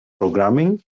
programming